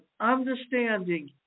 understanding